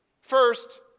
First